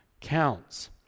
counts